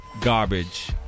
garbage